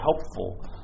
helpful